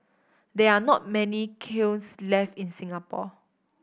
there are not many kilns left in Singapore